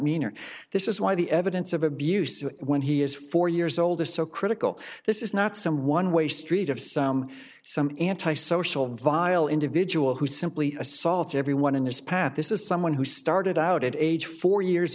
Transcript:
meaner this is why the evidence of abuse when he is four years old is so critical this is not some one way street of some some anti social vile individual who simply assaults everyone in his path this is someone who started out at age four years